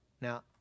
Now